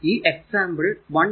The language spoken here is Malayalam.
ഇപ്പോൾ ഈ എക്സാമ്പിൾ 1